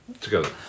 Together